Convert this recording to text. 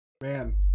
man